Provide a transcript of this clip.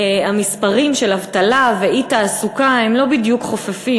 המספרים של אבטלה ואי-תעסוקה הם לא בדיוק חופפים.